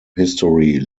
history